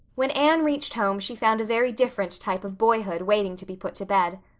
when anne reached home she found a very different type of boyhood waiting to be put to bed.